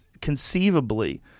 conceivably